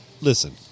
Listen